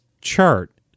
chart